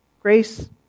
Grace